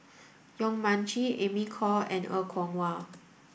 Yong Mun Chee Amy Khor and Er Kwong Wah